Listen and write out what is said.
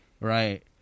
right